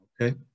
Okay